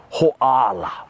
ho'ala